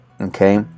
okay